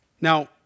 Now